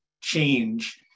change